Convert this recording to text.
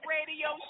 Radio